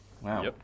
Wow